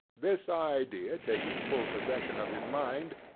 this idea taking full possession of his mind,